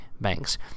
banks